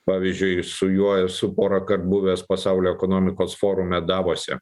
pavyzdžiui su juo esu porąkart buvęs pasaulio ekonomikos forume davose